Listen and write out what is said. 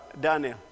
Daniel